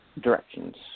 directions